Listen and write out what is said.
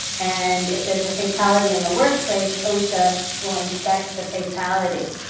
and if there's a fatality in the workplace, osha will inspect the fatality.